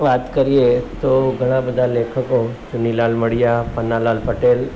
વાત કરીએ તો ઘણા બધા લેખકો ચુનીલાલ મડિયા પન્નાલાલ પટેલ